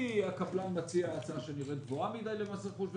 כי הקבלן מציע הצעה שנראית גבוהה מדי למס רכוש,